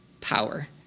power